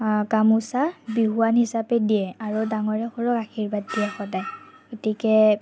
গামোচা বিহুৱান হিচাপে দিয়ে আৰু ডাঙৰে সৰুক আশীৰ্বাদ দিয়ে সদায় গতিকে